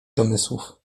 domysłów